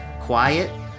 quiet